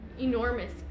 enormous